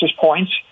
points